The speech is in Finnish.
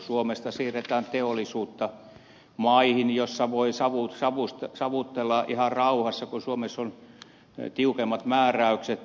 suomesta siirretään teollisuutta maihin joissa voi savutella ihan rauhassa kun suomessa on tiukemmat määräykset